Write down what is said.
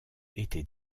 était